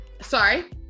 Sorry